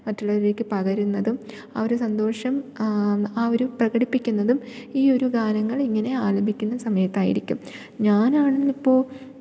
മറ്റുള്ളവരിലേക്ക് പകരുന്നതും ആ ഒരു സന്തോഷം അവർ പ്രകടിപ്പിക്കുന്നതും ഈ ഒരു ഗാനങ്ങൾ ഇങ്ങനെ ആലപിക്കുന്ന സമയത്തായിരിക്കും ഞാൻ ആണെങ്കിലിപ്പോൾ